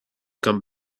come